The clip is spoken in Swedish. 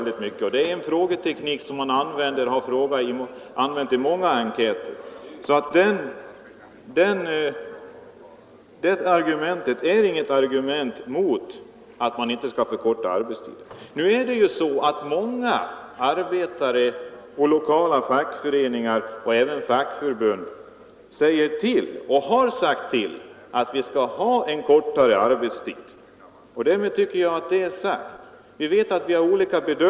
Detta är en frågeteknik som används i många enkäter. Det är alltså inget argument mot förkortad arbetstid. Nu är det ju så att många arbetare, lokala fackföreningar och även fackförbund har sagt att vi skall ha kortare arbetstid. Därmed tycker jag att det är sagt. Vi bedömer detta på olika sätt.